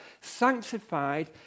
Sanctified